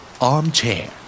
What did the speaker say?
Armchair